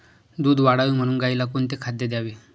दूध वाढावे म्हणून गाईला कोणते खाद्य द्यावे?